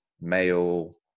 male